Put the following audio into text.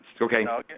Okay